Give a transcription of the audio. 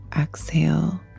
exhale